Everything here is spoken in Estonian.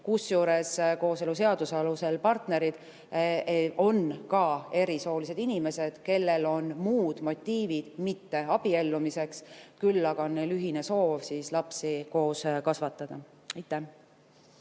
Kusjuures kooseluseaduse alusel partnerid on ka erisoolised inimesed, kellel on muud motiivid mitte abiellumiseks, küll aga on neil ühine soov lapsi koos kasvatada. Jaa,